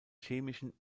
chemischen